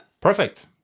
Perfect